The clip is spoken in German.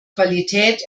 qualität